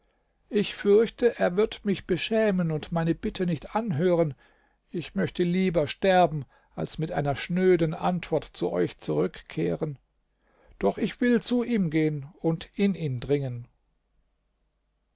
ich fürchte er wird mich beschämen und meine bitte nicht anhören ich möchte lieber sterben als mit einer schnöden antwort zu euch zurückkehren doch ich will zu ihm gehen und in ihn dringen